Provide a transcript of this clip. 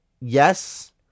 Yes